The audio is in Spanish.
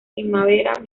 primavera